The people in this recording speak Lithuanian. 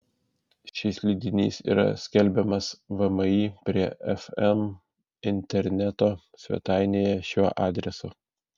šis leidinys yra skelbiamas vmi prie fm interneto svetainėje šiuo adresu